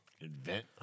invent